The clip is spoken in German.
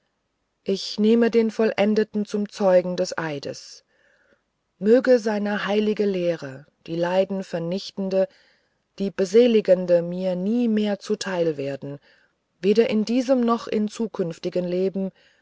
ich nehme den vollendeten zum zeugen des eides möge seine heilige lehre die leidenvernichtende die beseligende mir nie mehr zuteil werden weder in diesem noch in zukünftigen leben